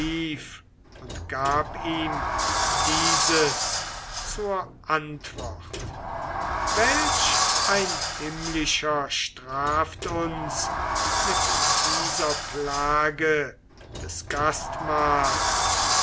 und gab ihm dieses zur antwort welch ein himmlischer straft uns mit dieser plage des